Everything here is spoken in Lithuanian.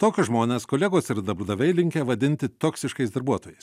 tokius žmones kolegos ir darbdaviai linkę vadinti toksiškais darbuotojais